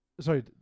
Sorry